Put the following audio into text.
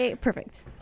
perfect